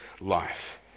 life